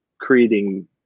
creating